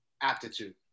aptitude